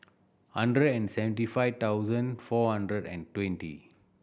hundred and seventy five thousand four hundred and twenty